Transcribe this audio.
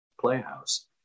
playhouse